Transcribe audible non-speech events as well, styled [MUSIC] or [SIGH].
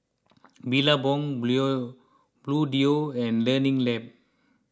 Billabong [UNINTELLIGIBLE] Bluedio and Learning Lab